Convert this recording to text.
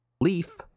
Leaf